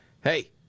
hey